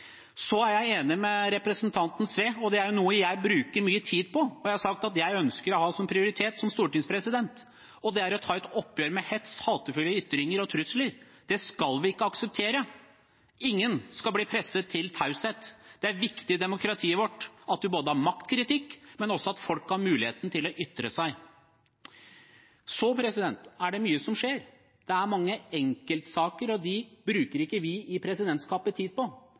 Så er jeg enig med representanten Sve, og dette er noe jeg bruker mye tid på, og som jeg har sagt at jeg, som stortingspresident, ønsker å ha som prioritet, og det er å ta et oppgjør med hets, hatefulle ytringer og trusler. Det skal vi ikke akseptere! Ingen skal bli presset til taushet. Det er viktig i demokratiet vårt at vi ikke bare har maktkritikk, men også at folk har muligheten til å ytre seg. Det mye som skjer. Det er mange enkeltsaker, og dem bruker ikke vi i presidentskapet tid på.